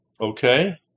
Okay